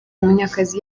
munyakazi